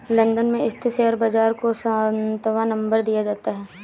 London में स्थित share बाजार को सातवां नम्बर दिया जाता है